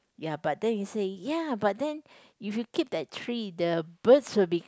ya but then he say ya but then if you keep that tree the birds will be